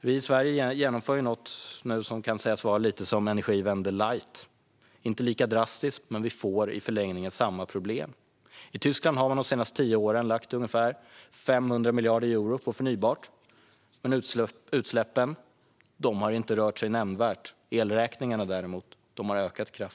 Vi i Sverige genomför nu något som kan sägas vara en Energiewende light. Den är inte lika drastisk, men i förlängningen får vi samma problem. I Tyskland har man under de senaste tio åren lagt ungefär 500 miljarder euro på förnybart, men mängden utsläpp har inte rört sig nämnvärt. Däremot har elräkningarna blivit mycket dyrare.